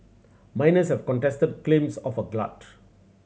miners have contested claims of a glut